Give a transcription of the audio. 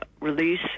release